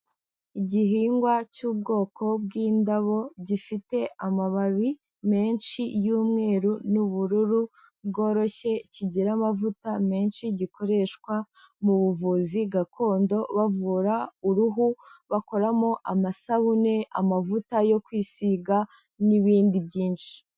Igihingwa cy'ubwoko bw'indabo gifite amababi menshi y'umweru n'ubururu bworoshye kigira amavuta menshi, gikoreshwa mu buvuzi gakondo bavura uruhu. Bakoramo amasabune, amavuta yo kwisiga n'ibindi byinshi.